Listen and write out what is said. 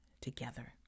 together